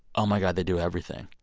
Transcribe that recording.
oh, my god, they do everything.